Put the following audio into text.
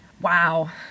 Wow